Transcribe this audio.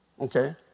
Okay